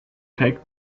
take